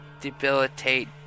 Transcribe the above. Debilitate